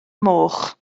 moch